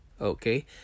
Okay